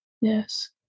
Yes